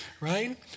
right